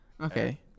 Okay